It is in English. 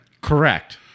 Correct